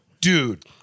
Dude